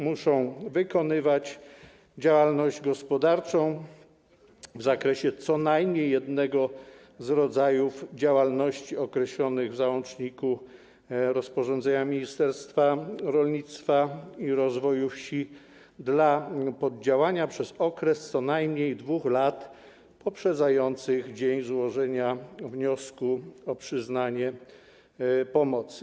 Muszą wykonywać działalność gospodarczą w zakresie co najmniej jednego z rodzajów działalności określonych w załączniku rozporządzenia Ministerstwa Rolnictwa i Rozwoju Wsi dla poddziałania przez okres co najmniej 2 lat poprzedzających dzień złożenia wniosku o przyznanie pomocy.